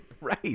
Right